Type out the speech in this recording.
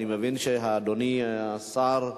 אני מבין שאדוני השר,